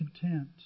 content